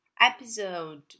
episode